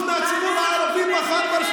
90% מהציבור הערבי בחר ברשימה